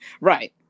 Right